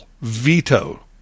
veto